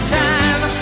time